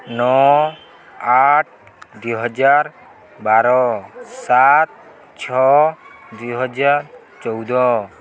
ନଅ ଆଠ ଦୁଇ ହଜାର ବାର ସାତ ଛଅ ଦୁଇ ହଜାର ଚଉଦ